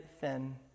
thin